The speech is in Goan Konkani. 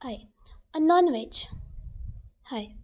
हय नॉन व्हेज हय